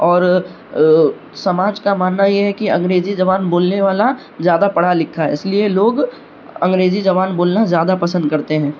اور سماج کا ماننا یہ ہے کہ انگریزی زبان بولنے والا زیادہ پڑھا لکھا ہے اس لیے لوگ انگریزی زبان بولنا زیادہ پسند کرتے ہیں